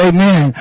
Amen